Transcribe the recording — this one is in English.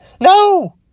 No